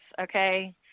okay